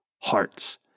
hearts